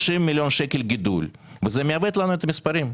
מיליון שקלים גידול וזה מעוות לנו את המספרים.